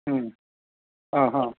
മ്മ് ആ ഹാ